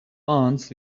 ants